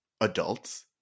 adults